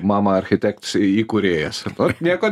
mama architekts įkūrėjas ot nieko